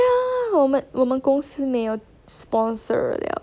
ya 我们我们公司没有 sponsor liao